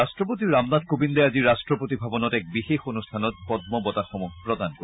ৰাট্টপতি ৰামনাথ কোৱিন্দে আজি ৰট্টপতি ভৱনত এক বিশেষ অনুষ্ঠানত পল্ম সন্মানসমূহ প্ৰদান কৰিব